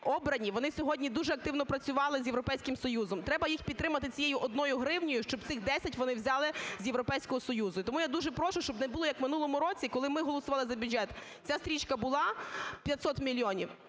обрані, вони сьогодні дуже активно працювали з європейським Союзом. Треба їх підтримати цією одною гривнею, щоб цих 10 вони взяли з Європейського Союзу. І тому я дуже прошу, щоб не було, як в минулому році, коли ми голосували за бюджет: ця стрічка була – 500 мільйонів,